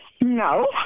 No